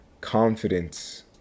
Confidence